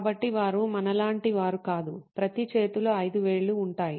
కాబట్టి వారు మనలాంటి వారు కాదు ప్రతి చేతిలో ఐదు వేళ్లు ఉంటాయి